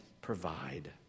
provide